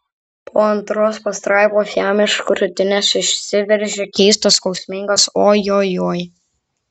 po antros pastraipos jam iš krūtinės išsiveržė keistas skausmingas ojojoi